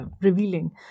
revealing